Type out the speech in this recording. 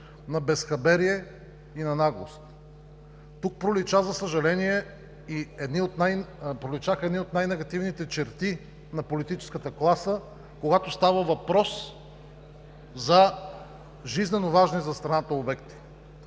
на безхаберие и на наглост. Тук проличаха, за съжаление, едни от най-негативните черти на политическата класа, когато става въпрос за жизненоважни за страната обекти.